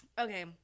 Okay